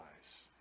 eyes